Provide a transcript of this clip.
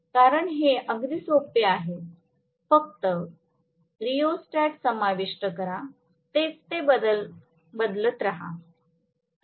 कारण हे अगदी सोपे आहे फक्त रिओस्टॅट समाविष्ट करा तेच ते बदलत रहा